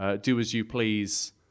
do-as-you-please